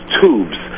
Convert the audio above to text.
tubes